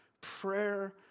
prayer